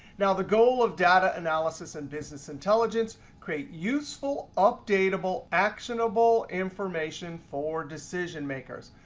now, the goal of data analysis and business intelligence, create useful, updatable, actionable information for decision makers,